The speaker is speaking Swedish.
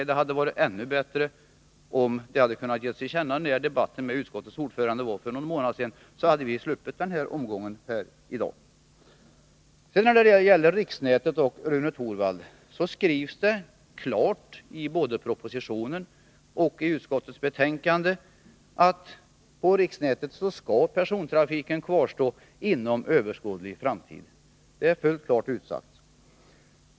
Men det hade varit ännu bättre om det hade kunnat ges till känna vid debatten med utskottets ordförande för någon månad sedan. Då hade vi sluppit denna omgång här i dag. När det gäller riksnätet skrivs det, Rune Torwald, klart i både propositionen och utskottets betänkande att persontrafiken på riksnätet skall kvarstå inom överskådlig framtid. Det är fullt klart utsagt.